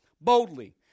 boldly